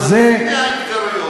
סגן השר אבי וורצמן.